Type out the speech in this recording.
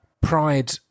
Pride